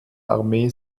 armee